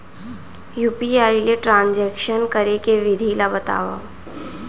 UPI ले transaction करे के विधि ला बतावव?